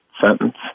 sentence